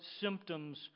symptoms